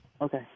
Okay